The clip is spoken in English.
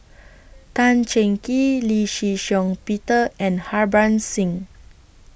Tan Cheng Kee Lee Shih Shiong Peter and Harbans Singh